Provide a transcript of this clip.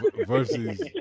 Versus